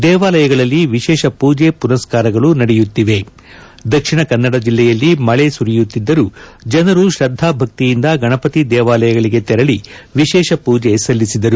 ದೇವಾಲಯಗಳಲ್ಲಿ ವಿಶೇಷ ಪೂಜೆ ಪುನಸ್ಕಾರಗಳು ನಡೆಯುತ್ತಿವೆ ದಕ್ಷಿಣ ಕನ್ನಡ ಜಿಲ್ಲೆಯಲ್ಲಿ ಮಳೆ ಸುರಿಯುತ್ತಿದ್ದರೂ ಜನರು ತ್ರದ್ನಾ ಭಕ್ಷಿಯಂದ ಗಣಪತಿ ದೇವಾಲಯಗಳಿಗೆ ತೆರಳಿ ವಿಶೇಷ ಪೂಜೆ ಸಲ್ಲಿಸಿದರು